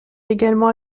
également